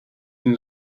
den